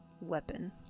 weapon